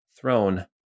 throne